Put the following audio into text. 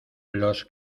los